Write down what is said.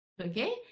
Okay